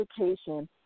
education